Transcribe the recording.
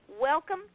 welcome